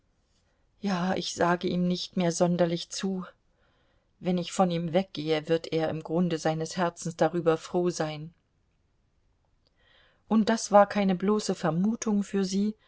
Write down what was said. ja ich sage ihm nicht mehr sonderlich zu wenn ich von ihm weggehe wird er im grunde seines herzens darüber froh sein und das war keine bloße vermutung für sie